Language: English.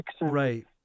Right